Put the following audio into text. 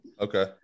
okay